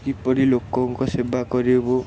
କିପରି ଲୋକଙ୍କ ସେବା କରିବୁ